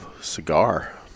Cigar